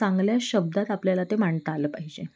चांगल्या शब्दात आपल्याला ते मांडता आलं पाहिजे